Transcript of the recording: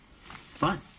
Fine